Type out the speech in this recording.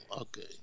Okay